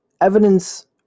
evidence